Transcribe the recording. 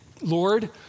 Lord